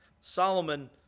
Solomon